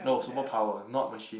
no superpower not machine